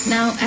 Now